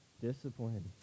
Discipline